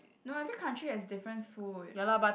no every country has different food